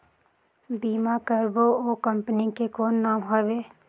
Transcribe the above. बीमा करबो ओ कंपनी के कौन नाम हवे?